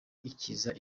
ikiza